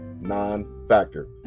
non-factor